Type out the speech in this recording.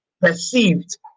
perceived